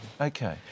Okay